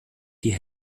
die